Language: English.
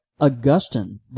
Augustine